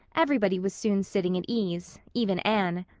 everybody was soon sitting at ease, even anne.